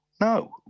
No